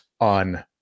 on